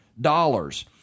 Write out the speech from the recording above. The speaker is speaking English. dollars